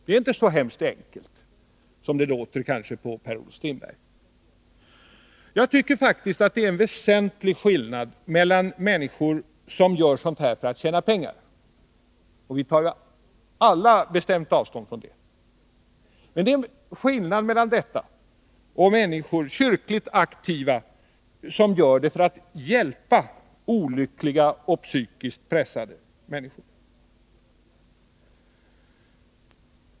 Det är inte så enkelt som det kanske låter när man hör Per-Olof Strindberg. Jag tycker att det är en väsentlig skillnad mellan människor som gömmer utlänningar för att tjäna pengar — vi tar alla bestämt avstånd från detta — och människor, kyrkligt aktiva, som gör det för att hjälpa olyckliga och psykiskt pressade människor.